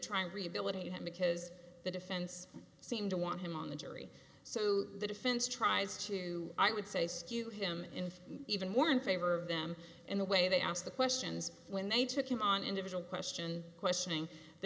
try and rehabilitate him because the defense seemed to want him on the jury so the defense tries to i would say skew him in even more in favor of them in the way they asked the questions when they took him on individual question questioning the